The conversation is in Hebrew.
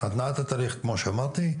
התנעת התהליך כמו שאמרתי,